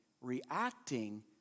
reacting